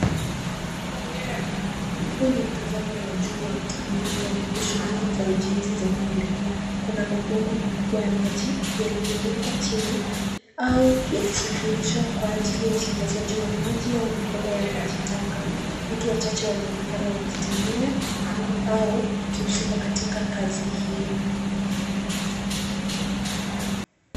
Huu ni mtazamo wa juu wa mtaa mdogo ambapo shughuli za ujenzi zinaendelea. Kuna mabomba makubwa ya maji, yaliyowekwa chini au yakisafirishwa kwa ajili ya usambazaji wa maji au mifumo ya maji taka. Watu wachache wanaonekana wakitembea au wakihusika katika kazi hiyo.